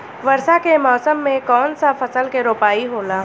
वर्षा के मौसम में कौन सा फसल के रोपाई होला?